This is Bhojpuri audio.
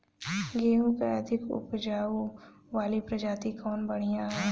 गेहूँ क अधिक ऊपज वाली प्रजाति कवन बढ़ियां ह?